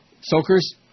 Soakers